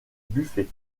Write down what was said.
buffet